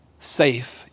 safe